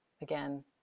again